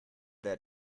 their